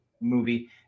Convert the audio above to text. movie